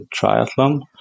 triathlon